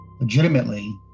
legitimately